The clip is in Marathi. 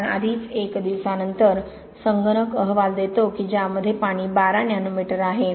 कारण आधीच 1 दिवसानंतर संगणक अहवाल देतो की ज्यामध्ये पाणी 12 नॅनोमीटर आहे